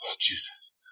Jesus